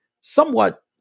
somewhat